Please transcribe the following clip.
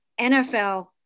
NFL